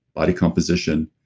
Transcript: body composition.